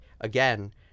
again